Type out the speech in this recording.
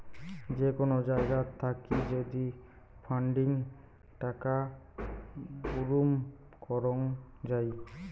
যে কোন জায়গাত থাকি যদি ফান্ডিং টাকা বুরুম করং যাই